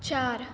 चार